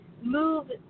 move